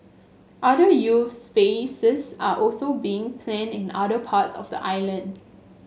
other youth spaces are also being planned in other parts of the island